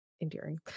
endearing